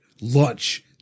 lunch